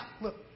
look